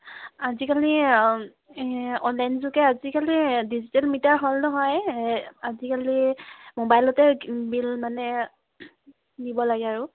আজিকালি অনলাইন যোগে আজিকালি ডিজিটেল মিটাৰ হ'ল নহয় আজিকালি মোবাইলতে বিল মানে দিব লাগে আৰু